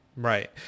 Right